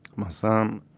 my son